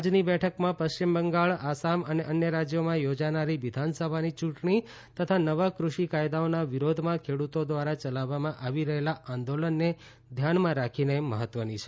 આજની બેઠકમાં પશ્ચિમ બંગાળ આસામ અને અન્ય રાજ્યોમાં યોજાનારી વિધાનસભાની યૂંટણી તથા નવા ક્રષિ કાયદાઓના વિરોધમાં ખેડૂતો દ્વારા ચલાવવામાં આવી રહેલા આંદોલનને ધ્યાને રાખી ચર્ચા કરાશે